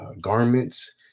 garments